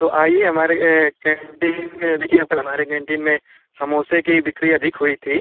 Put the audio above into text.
तो आइए हमारी यह कैंटीन में देखिए अब कल हमारे कैंटीन में समोसे की ही बिक्री अधिक हुई थी